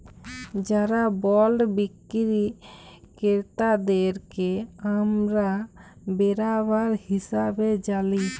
যারা বল্ড বিক্কিরি কেরতাদেরকে আমরা বেরাবার হিসাবে জালি